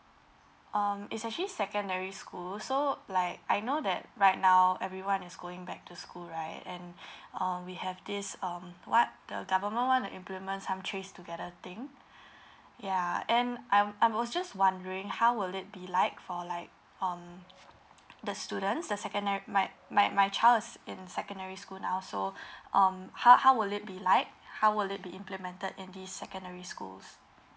um is actually secondary school so like I know that right now everyone is going back to school right and um we have this um what the government want to implement some trace together thing ya and I'm I'm I was just wondering how will it be like for like um the students the secondary my my my child is in secondary school now so um how how will it be like how will it be implemented in the secondary schools